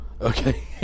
Okay